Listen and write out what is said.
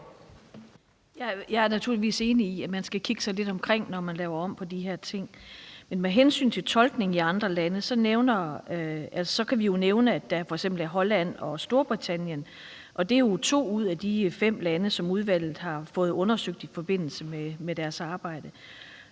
Jeg er naturligvis enig i, at man skal kigge sig lidt omkring, når man laver om på de her ting. Men med hensyn til tolkningen i andre lande kan vi jo nævne f.eks. Holland og Storbritannien, som er to ud af de fem lande, som udvalget har fået undersøgt i forbindelse med deres arbejde.